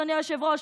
אדוני היושב-ראש?